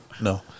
No